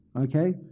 Okay